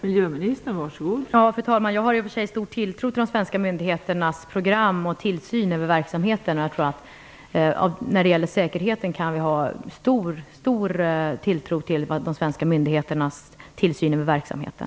Fru talman! Jag har stor tilltro till de svenska myndigheternas program och tillsyn över verksamheten. När det gäller säkerheten kan vi ha stor tilltro till de svenska myndigheternas tillsyn över verksamheten.